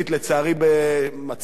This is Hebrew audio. במצב של פרישה,